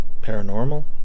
Paranormal